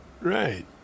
right